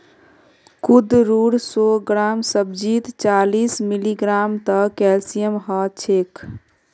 कुंदरूर सौ ग्राम सब्जीत चालीस मिलीग्राम तक कैल्शियम ह छेक